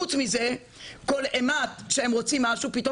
פרט